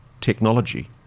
technology